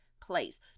place